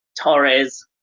Torres